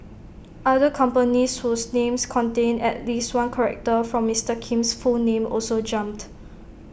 other companies whose names contained at least one character from Mister Kim's full name also jumped